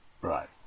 Right